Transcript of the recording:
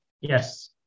Yes